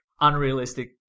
unrealistic